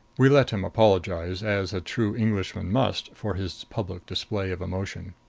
we let him apologize, as a true englishman must, for his public display of emotion.